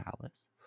palace